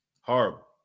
Horrible